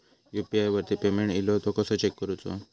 UPI वरती payment इलो तो कसो चेक करुचो?